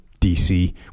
DC